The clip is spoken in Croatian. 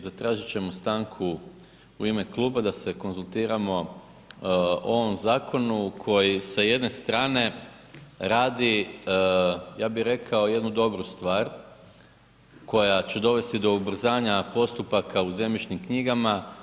Zatražit ćemo stanku u ime kluba da se konzultiramo o ovom zakonu koji sa jedne strane radi, ja bih rekao jednu dobru stvar koja će dovesti do ubrzanja postupaka u zemljišnim knjigama.